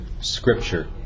scripture